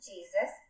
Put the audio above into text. Jesus